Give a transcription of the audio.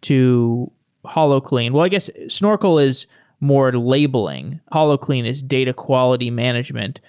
to holoclean. i guess snorkel is more labeling. holoclean is data quality management,